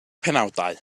penawdau